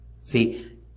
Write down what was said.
See